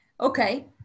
Okay